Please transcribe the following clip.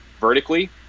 vertically